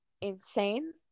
insane